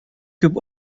күп